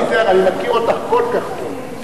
אני אומר לך: אני מכיר אותך כל כך טוב,